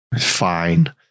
fine